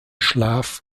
schlaf